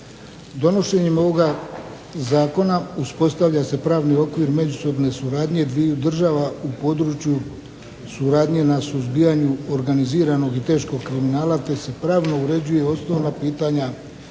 Donošenjem ovoga Zakona uspostavlja se pravni okvir međusobne suradnje dviju država u području suradnje na suzbijanju organiziranog i teškog kriminala, te se pravno uređuju osnovna pitanja